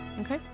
Okay